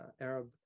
Arab